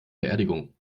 beerdigung